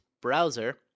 browser